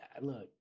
look